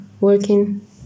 working